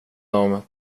dem